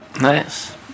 nice